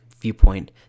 viewpoint